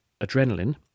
adrenaline